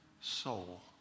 soul